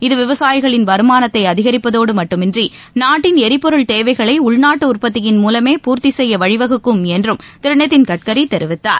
இது விவசாயிகளின் வருமானத்தை அதிகரிப்பதோடு மட்டுமன்றி நாட்டின் எரிபொருள் தேவைகளை உள்நாட்டு உற்பத்தியின் மூலமே பூர்த்தி செய்ய வழிவகுக்கும் என்றும் திரு நிதின் கட்கரி தெரிவித்தார்